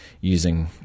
using